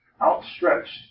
outstretched